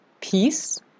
peace